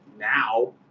now